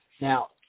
Now